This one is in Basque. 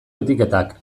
etiketak